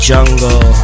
Jungle